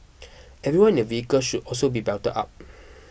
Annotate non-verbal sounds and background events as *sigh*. *noise* everyone in a vehicle should also be belted up